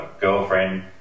girlfriend